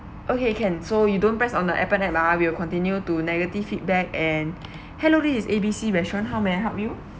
okay can so you don't press on the ah we will continue to negative feedback and hello this is A B C restaurant how may I help you